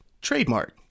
trademark